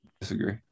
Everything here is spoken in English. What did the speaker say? Disagree